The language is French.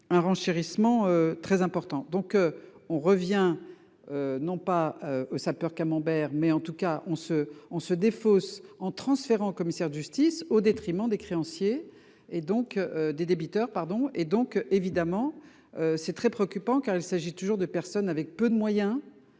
un renchérissement très important donc on revient. Non pas au sapeur Camembert mais en tout cas on se on se défausse en transférant commissaire de justice au détriment des créanciers et donc des débiteurs pardon et donc évidemment. C'est très préoccupant, car il s'agit toujours de personnes avec peu de moyens.